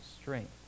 strength